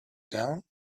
down